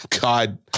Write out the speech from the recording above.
God